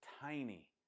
tiny